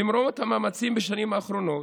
למרות המאמצים בשנים האחרונות,